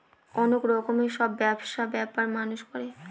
অনেক রকমের সব ব্যবসা ব্যাপার মানুষ করে